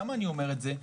למה אני אומר את זה?